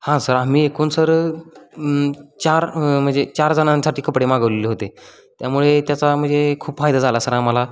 हां सर आम्ही एकूण सर चार म्हणजे चार जणांसाठी कपडे मागवलेले होते त्यामुळे त्याचा म्हणजे खूप फायदा झाला सर आम्हाला